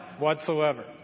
whatsoever